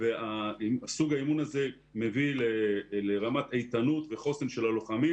וסוג האימון הזה מביא לרמת איתנות וחוסן של הלוחמים,